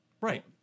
Right